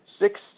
six